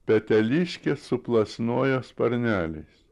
peteliškė suplasnojo sparneliais